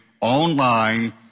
online